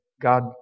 God